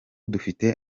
dufite